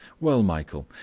well, michael,